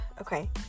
Okay